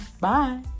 Bye